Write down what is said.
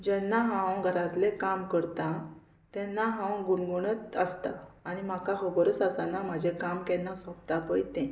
जेन्ना हांव घरांतलें काम करतां तेन्ना हांव गुणगुणत आसतां आनी म्हाका खबरच आसतना म्हाजें काम केन्ना सोंपता पळय तें